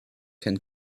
can